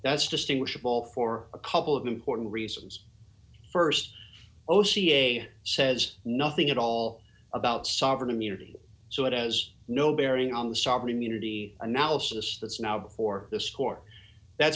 that's distinguishable for a couple of important reasons st o c a says nothing at all about sovereign immunity so it has no bearing on the sovereign immunity analysis that's now before this court that's